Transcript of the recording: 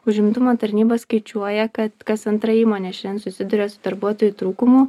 užimtumo tarnyba skaičiuoja kad kas antra įmonė šiandien susiduria su darbuotojų trūkumu